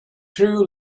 threw